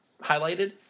highlighted